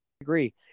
agree